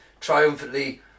triumphantly